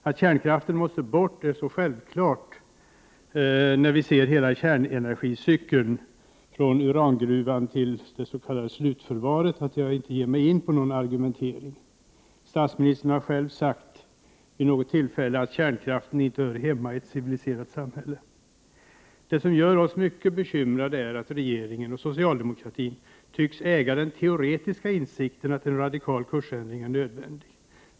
Att kärnkraften måste bort är en sådan självklarhet när vi ser på hela kärnenergicykeln från urangruvan till det s.k. slutförvaret att jag inte ger mig in på någon argumentering. Statsministern har ju själv vid något tillfälle sagt att kärnkraften inte hör hemma i ett civiliserat samhälle. Det som gör oss mycket bekymrade är att regeringen och socialdemokraterna tycks äga den teoretiska insikten om att en radikal kursändring är nödvändig.